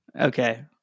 Okay